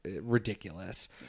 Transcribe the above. ridiculous